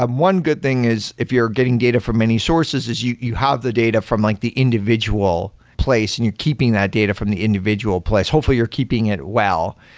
um one good thing is if you're getting data from many sources, is you you have the data from like the individual place and you're keeping that data from the individual place. hopefully you're keeping it well.